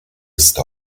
est